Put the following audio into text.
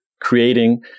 creating